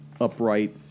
upright